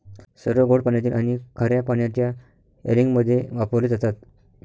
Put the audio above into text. सर्व गोड पाण्यातील आणि खार्या पाण्याच्या अँलिंगमध्ये वापरले जातात